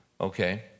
Okay